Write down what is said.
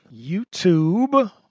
YouTube